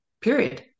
period